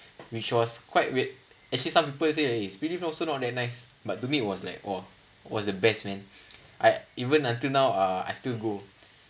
which was quite weird actually some people say that springleaf also not that nice but to me it was like !wah! was the best man I even until now uh I still go